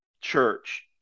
church